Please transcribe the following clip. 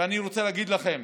ואני רוצה להגיד לכם,